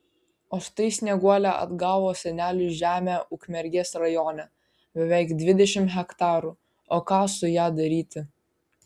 o štai snieguolė atgavo senelių žemę ukmergės rajone beveik dvidešimt hektarų o ką su ja daryti